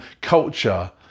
culture